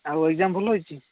ଆଉ ଏଗ୍ଯାମ୍ ଭଲ ହେଇଛି